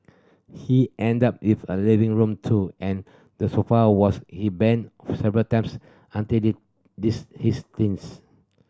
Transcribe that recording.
he ended up if a living room too and the sofa was his bed several times until the this his teens